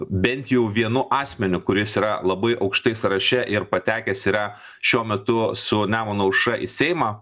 bent jau vienu asmeniu kuris yra labai aukštai sąraše ir patekęs yra šiuo metu su nemuno aušra į seimą